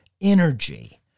energy